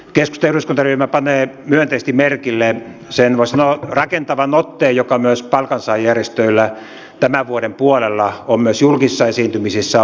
keskustan eduskuntaryhmä panee myönteisesti merkille sen voisi sanoa rakentavan otteen joka myös palkansaajajärjestöillä tämän vuoden puolella on myös julkisissa esiintymisissä ollut